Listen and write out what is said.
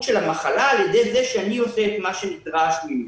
של המחלה על ידי שאני עושה את מה שנדרש ממני.